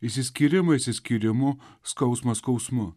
išsiskyrimą išsiskyrimu skausmą skausmu